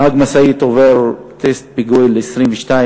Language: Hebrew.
נהג משאית עובר טסט בגיל 23-22,